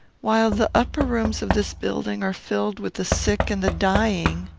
while the upper rooms of this building are filled with the sick and the dying,